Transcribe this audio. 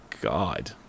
God